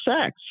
sex